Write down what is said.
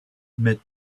met